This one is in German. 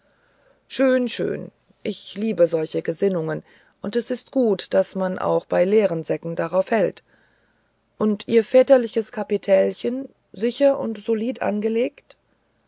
schön schön ich liebe solche gesinnungen und es ist gut daß man auch bei leeren säcken darauf hält und ihr väterliches kapitälchen sicher und solid angelegt